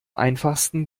einfachsten